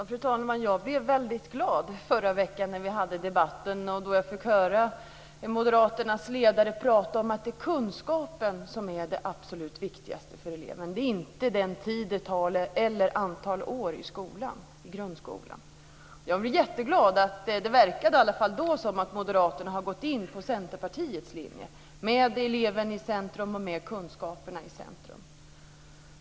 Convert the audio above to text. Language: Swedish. Fru talman! Jag blev väldigt glad i förra veckan när vi hade debatten och jag fick höra Moderaternas företrädare prata om att det är kunskapen som är det absolut viktigaste för eleven. Det är inte den tid det tar eller antalet år i grundskolan. Jag blev jätteglad. Det verkade i alla fall då som om Moderaterna har gått på Centerpartiets linje med eleven och kunskaperna i centrum.